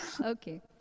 Okay